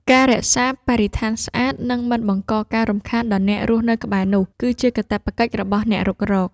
ការរក្សាបរិស្ថានស្អាត និងមិនបង្កការរំខានដល់អ្នករស់នៅក្បែរនោះ គឺជាកាតព្វកិច្ចរបស់អ្នករុករក។